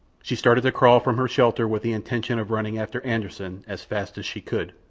she started to crawl from her shelter with the intention of running after anderssen as fast as she could.